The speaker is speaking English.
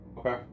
Okay